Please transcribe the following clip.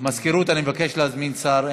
מזכירות, אני מבקש להזמין שר.